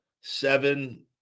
seven